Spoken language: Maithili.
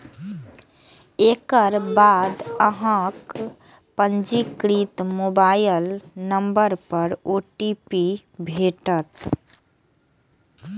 एकर बाद अहांक पंजीकृत मोबाइल नंबर पर ओ.टी.पी भेटत